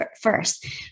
first